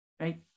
Right